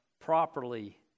properly